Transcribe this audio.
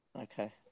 Okay